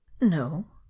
No